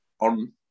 on